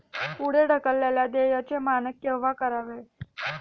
पुढे ढकललेल्या देयचे मानक केव्हा करावे?